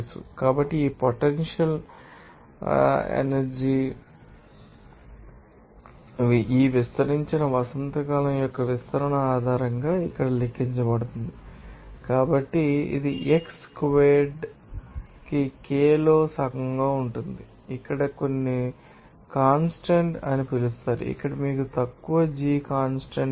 కాబట్టి ఈ పొటెన్షియల్ త పొటెన్షియల్ ఎనర్జీ గా మారుతుంది ఈ విస్తరించని వసంతకాలం యొక్క విస్తరణ ఆధారంగా ఇక్కడ లెక్కించబడుతుంది కాబట్టి ఇది x స్క్వేర్డ్ కి k లో సగం ఉంటుంది ఇక్కడ కొన్ని కాన్స్టాంట్ అని పిలుస్తారు ఇక్కడ మీకు తక్కువ g కాన్స్టాంట్ తెలుసు